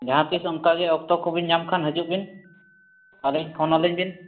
ᱡᱟᱦᱟᱸ ᱛᱤᱥ ᱚᱱᱠᱟᱜᱮ ᱚᱠᱛᱚ ᱠᱚᱵᱤᱱ ᱧᱟᱢᱠᱷᱟᱱ ᱦᱤᱡᱩᱜᱵᱤᱱ ᱟᱹᱞᱤᱧ ᱯᱷᱳᱱ ᱟᱹᱞᱤᱧ ᱵᱤᱱ